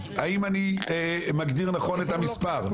האם אני מגדיר נכון את המספר?